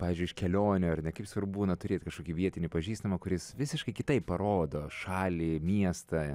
pavyzdžiui iš kelionių ar ne kaip svarbu na turėt kažkokį vietinį pažįstamą kuris visiškai kitaip parodo šalį miestą